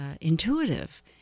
intuitive